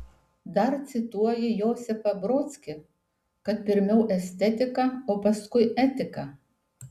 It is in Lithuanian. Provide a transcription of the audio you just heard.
dar cituoji josifą brodskį kad pirmiau estetika o paskui etika